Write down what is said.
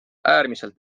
äärmiselt